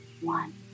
One